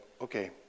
okay